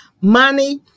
Money